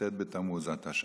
כ"ט בתמוז התשע"ט,